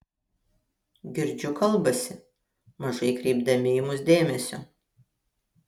girdžiu kalbasi mažai kreipdami į mus dėmesio